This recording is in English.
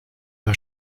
her